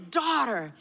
daughter